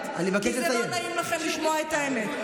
אין לה מודעות עצמית בגרוש,